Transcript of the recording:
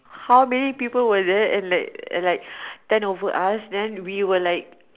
how many people were there there were like and like ten over us and we were like